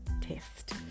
test